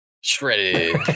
Shredded